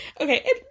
Okay